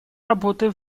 работы